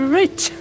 rich